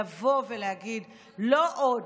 לבוא ולהגיד: לא עוד,